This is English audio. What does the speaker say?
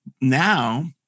now